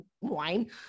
wine